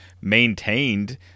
maintained